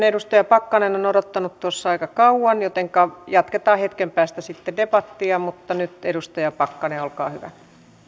edustaja pakkanen on odottanut tuossa aika kauan jotenka jatketaan hetken päästä sitten debattia mutta nyt edustaja pakkanen olkaa hyvä